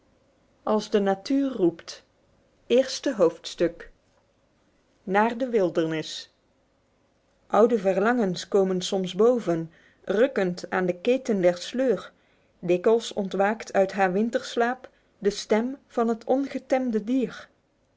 ls de natuur roep oude verlangens komen soms boven rukkend aan de keten der sleur dikwijls ontwaakt uit haar winterslaap de stem van het ongetemde dier